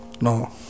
No